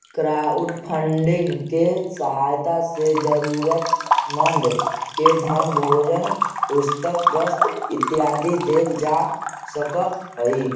crowdfunding के सहायता से जरूरतमंद के धन भोजन पुस्तक वस्त्र इत्यादि देल जा सकऽ हई